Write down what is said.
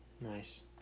nice